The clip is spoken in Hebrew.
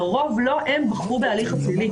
לרוב לא הם בחרו בהליך הפלילי.